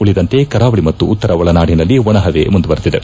ಉಳಿದಂತೆ ಕರಾವಳಿ ಮತ್ತು ಉತ್ತರ ಒಳನಾಡಿನಲ್ಲಿ ಒಣಹವೆ ಮುಂದುವರಿದಿದೆ